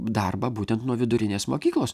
darbą būtent nuo vidurinės mokyklos